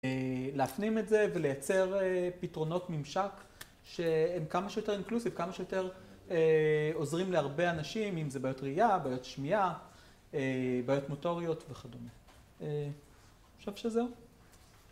להפנים את זה ולייצר פתרונות ממשק שהן כמה שיותר אינקלוסיב, כמה שיותר עוזרים להרבה אנשים, אם זה בעיות ראייה, בעיות שמיעה, בעיות מוטוריות וכדומה. אני חושב שזהו.